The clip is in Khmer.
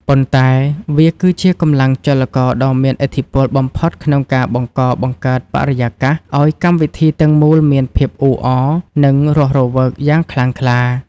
ប៉ុន្តែវាគឺជាកម្លាំងចលករដ៏មានឥទ្ធិពលបំផុតក្នុងការបង្កបង្កើតបរិយាកាសឱ្យកម្មវិធីទាំងមូលមានភាពអ៊ូអរ និងរស់រវើកយ៉ាងខ្លាំងក្លា។